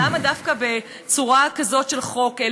אבל למה דווקא בצורה כזאת של חוק?